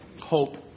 hope